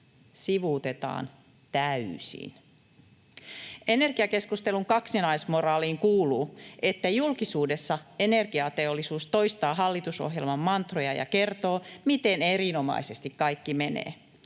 sivuutetaan täysin. Energiakeskustelun kaksinaismoraaliin kuuluu, että julkisuudessa energiateollisuus toistaa hallitusohjelman mantroja ja kertoo, miten erinomaisesti kaikki menee.